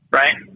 right